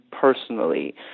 personally